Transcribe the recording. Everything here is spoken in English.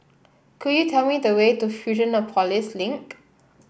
could you tell me the way to Fusionopolis Link